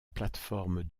plateforme